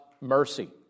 mercy